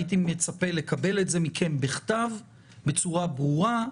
הייתי מצפה לקבל את זה מכם בכתב בצורה ברורה,